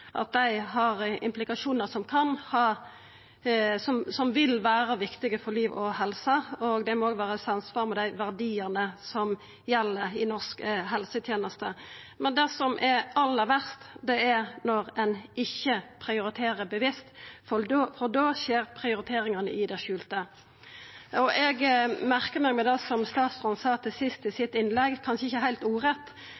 dei har implikasjonar som vil vera viktige for liv og helse, og dei må òg vera i samsvar med dei verdiane som gjeld i norsk helseteneste. Det som er aller verst, er når ein ikkje prioriterer bevisst, for da skjer prioriteringane i det skjulte. Eg merka meg det som statsråden sa til sist i